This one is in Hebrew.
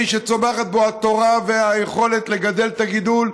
שצומחות בו התורה והיכולת לגדל את הגידול,